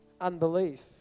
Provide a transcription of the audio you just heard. Unbelief